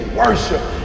worship